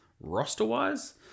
roster-wise